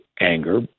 anger